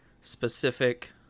specific